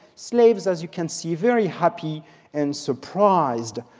slaves, as you can see, very happy and surprised.